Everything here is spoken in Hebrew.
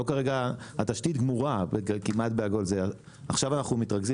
התשתית גמורה כמעט בהכול עכשיו אנחנו מתרכזים